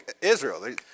Israel